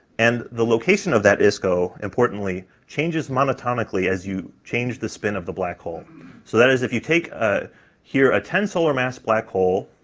and the location of that isco, importantly, changes monotonically as you change the spin of the black hole so that is if you take ah here a ten solar mass black hole,